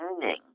learning